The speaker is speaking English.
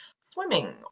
swimming